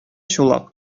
чулак